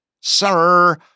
sir